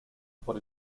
por